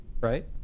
right